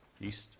east